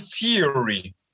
theory